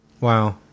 Wow